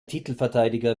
titelverteidiger